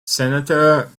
senator